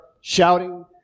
shouting